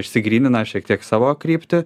išsigrynina šiek tiek savo kryptį